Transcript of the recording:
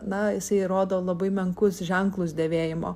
na jisai rodo labai menkus ženklus dėvėjimo